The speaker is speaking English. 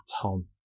Tom